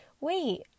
wait